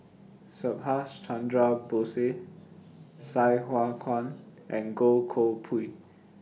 Subhas Chandra Bose Sai Hua Kuan and Goh Koh Pui